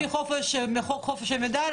לפי חוק חופש המידע,